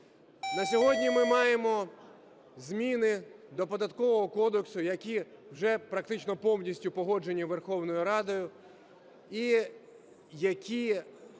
На сьогодні ми маємо зміни до Податкового кодексу, які вже практично повністю погоджені Верховною Радою і які